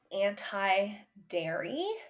anti-dairy